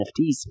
NFTs